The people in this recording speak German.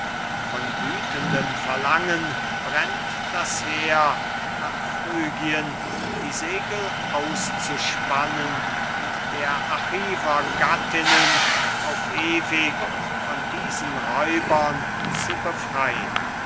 von wüthendem verlangen brennt das heer nach phrygien die segel auszuspannen und der achiver gattinnen auf ewig von diesem räuber zu befrein